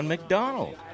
McDonald